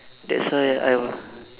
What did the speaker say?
that's why I will